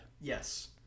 yes